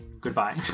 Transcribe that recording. goodbye